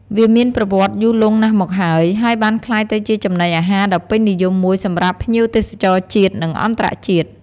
វាមានប្រវត្តិយូរលង់ណាស់មកហើយ ហើយបានក្លាយទៅជាចំណីអាហារដ៏ពេញនិយមមួយសម្រាប់ភ្ញៀវទេសចរជាតិ និងអន្តរជាតិ។